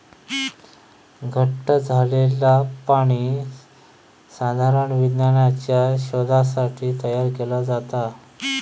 घट्ट झालंला पाणी साधारण विज्ञानाच्या शोधासाठी तयार केला जाता